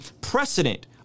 precedent